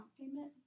payment